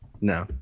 No